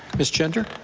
ms. mosher,